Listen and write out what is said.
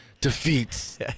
defeats